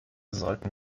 sollten